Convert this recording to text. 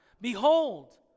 Behold